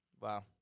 wow